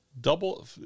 Double